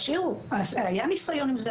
היה ניסיון עם זה,